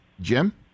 Jim